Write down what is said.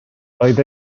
roedd